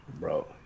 Bro